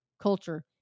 culture